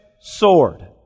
sword